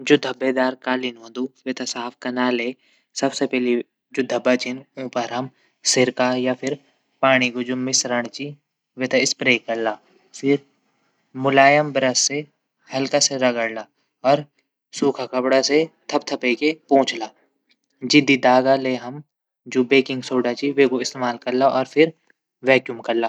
जू धब्बादार कालीन हूंदू। वेथे साफ कनाले सबसे पैली जू धब्बा छन ऊ पर हम सिरका या पाणी कु जू मिश्रण च वेथे स्प्रे कला। फिर मुलायम बरस से हल्का से रगडला। अर सूखा कपडा से हल्का से थपथपे की पौंछला। जिद्दी दाग तै हम जू बैंकिंम सोडा च वेकू इस्तेमाल फिर वेक्यूम कला।